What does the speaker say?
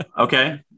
Okay